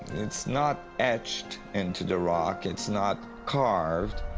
it's not edged into the rock, it's not carved,